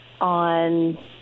on